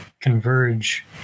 converge